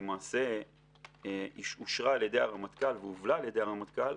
שלמעשה אושרה על ידי הרמטכ"ל והובלה על ידי הרמטכ"ל,